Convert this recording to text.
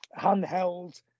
handheld